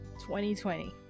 2020